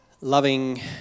Loving